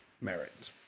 merit